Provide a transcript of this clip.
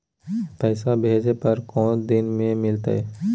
पैसवा भेजे पर को दिन मे मिलतय?